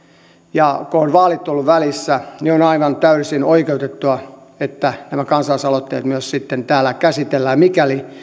ja kun ovat vaalit olleet välissä niin on aivan täysin oikeutettua että nämä kansalaisaloitteet myös sitten täällä käsitellään mikäli